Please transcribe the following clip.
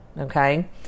okay